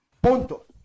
Punto